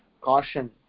caution